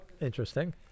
Interesting